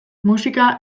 musika